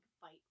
fight